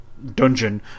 dungeon